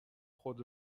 خود